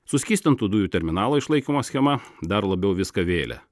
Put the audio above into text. suskystintų dujų terminalo išlaikymo schema dar labiau viską vėlė